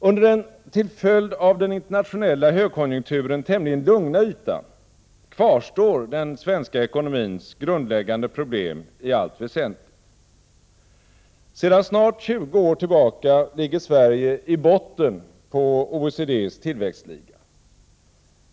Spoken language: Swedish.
Under den till följd av den internationella högkonjunkturen tämligen lugna ytan kvarstår den svenska ekonomins grundläggande problem i allt väsentligt. Sedan snart 20 år tillbaka ligger Sverige i botten på OECD:s tillväxtliga.